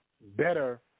better